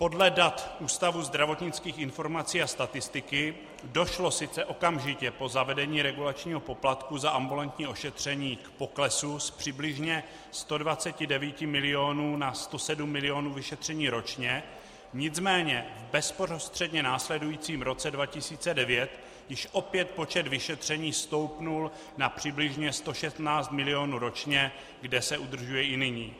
Podle dat Ústavu zdravotnických informací a statistiky došlo sice okamžitě po zavedení regulačního poplatku za ambulantní ošetření k poklesu z přibližně 129 milionů na 107 milionů vyšetření ročně, nicméně v bezprostředně následujícím roce 2009 již opět počet vyšetření stoupl na přibližně 116 milionů ročně, kde se udržuje i nyní.